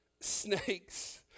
snakes